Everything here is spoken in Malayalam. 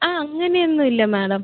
ആ അങ്ങനെ ഒന്നും ഇല്ല മാഡം